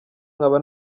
nkaba